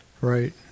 Right